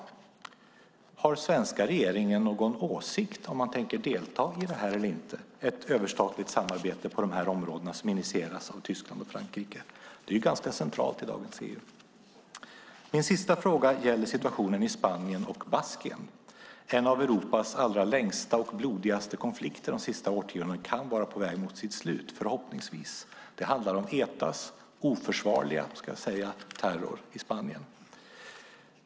Har den svenska regeringen någon åsikt om man tänker delta i detta eller inte - ett överstatligt samarbete på de här områdena som initieras av Tyskland och Frankrike? Det är ganska centralt i dagens EU. Min sista fråga gäller situationen i Spanien och Baskien. En av Europas allra längsta och blodigaste konflikter under de senaste årtiondena kan förhoppningsvis vara på väg mot sitt slut. Det handlar om Etas oförsvarliga - vill jag säga - terror i Spanien.